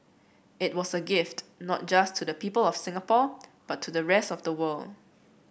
it was a gift not just to the people of Singapore but to the rest of the world